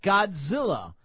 Godzilla